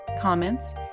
Comments